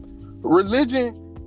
Religion